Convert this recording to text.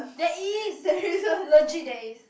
there is legit there is